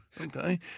okay